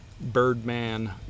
Birdman